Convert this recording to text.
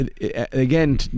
again